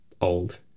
old